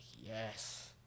yes